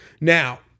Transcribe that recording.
Now